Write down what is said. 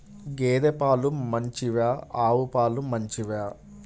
గేద పాలు మంచివా ఆవు పాలు మంచివా?